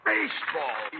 Baseball